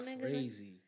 crazy